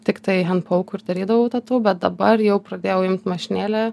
tiktai hend pauku ir darydavau tatu bet dabar jau pradėjau imt mašinėlę